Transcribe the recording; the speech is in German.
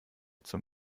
zum